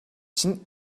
чинь